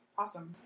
awesome